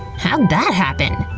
how'd that happen?